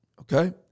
Okay